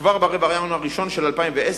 כבר ברבע הראשון של 2010,